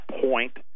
point